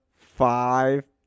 five